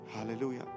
Hallelujah